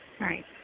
right